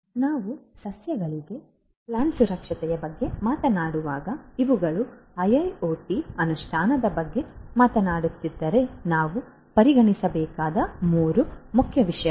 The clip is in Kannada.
ಆದ್ದರಿಂದ ನಾವು ಸಸ್ಯಗಳಲ್ಲಿನ ಸುರಕ್ಷತೆಯ ಬಗ್ಗೆ ಮಾತನಾಡುವಾಗ ಇವುಗಳು ಐಐಒಟಿ ಅನುಷ್ಠಾನದ ಬಗ್ಗೆ ಮಾತನಾಡುತ್ತಿದ್ದರೆ ನಾವು ಪರಿಗಣಿಸಬೇಕಾದ 3 ಮುಖ್ಯ ವಿಷಯಗಳು